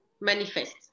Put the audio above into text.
manifest